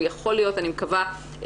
אני מקווה,